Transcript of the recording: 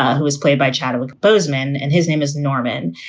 who is played by chadwick bozeman. and his name is norman.